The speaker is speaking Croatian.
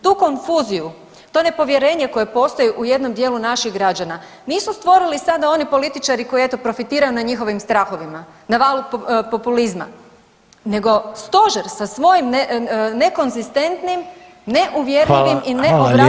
Tu konfuziju, to nepovjerenje koje postoji u jednom dijelu naših građana nisu stvorili sada oni političari koji eto profitiraju na njihovim strahovima, na valu populizma nego stožer sa svojim nekonzistentnim, ne uvjerljivim i ne obrazloženim mjerama.